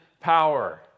power